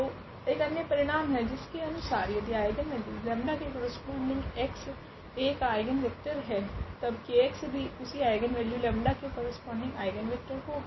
तो एक अन्य परिणाम है जिसके अनुसार यदि आइगनवेल्यू 𝜆 के करस्पोंडिंग x A का आइगनवेक्टर है तब kx भी उसी आइगनवेल्यू 𝜆 के करस्पोंडिंग आइगनवेक्टर होगा